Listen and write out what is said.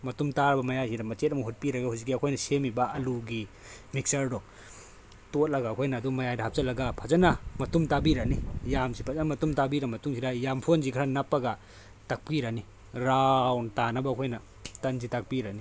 ꯃꯇꯨꯝ ꯇꯥꯔꯕ ꯃꯌꯥꯏꯁꯤꯗ ꯃꯆꯦꯠ ꯑꯃ ꯍꯨꯠꯄꯤꯔꯒ ꯍꯧꯖꯤꯛꯀꯤ ꯑꯩꯈꯣꯏꯅ ꯁꯦꯝꯃꯤꯕ ꯑꯂꯨꯒꯤ ꯃꯤꯛꯆꯔꯗꯣ ꯇꯣꯠꯂꯒ ꯑꯩꯈꯣꯏꯅ ꯑꯗꯨꯝ ꯃꯌꯥꯏꯗ ꯍꯥꯞꯆꯤꯜꯂꯒ ꯐꯖꯅ ꯃꯇꯨꯝ ꯇꯥꯕꯤꯔꯅꯤ ꯌꯥꯝꯁꯤ ꯐꯖꯅ ꯃꯇꯨꯝ ꯇꯥꯕꯤꯔ ꯃꯇꯨꯡꯁꯤꯗ ꯌꯥꯝꯐꯣꯟꯖꯦ ꯈꯔ ꯅꯞꯄꯒ ꯇꯛꯄꯤꯔꯅꯤ ꯔꯥꯎꯟ ꯇꯥꯅꯕ ꯑꯩꯈꯣꯏꯅ ꯇꯟꯁꯤ ꯇꯛꯄꯤꯔꯅꯤ